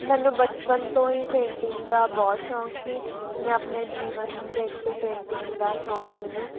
ਮੈਨੂੰ ਬਚਪਨ ਤੋਂ ਹੀ ਪੇਂਟਿੰਗ ਦਾ ਬਹੁਤ ਸ਼ੌਂਕ ਸੀ ਮੈਂ ਆਪਣੇ ਜੀਵਨ ਵਿੱਚ ਪੇਂਟਿੰਗ ਦਾ ਸ਼ੌਂਕ ਮੈਨੂੰ